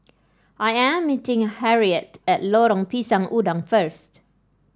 I am meeting Harriette at Lorong Pisang Udang first